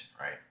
right